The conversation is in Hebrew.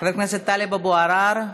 חבר הכנסת טלב אבו עראר,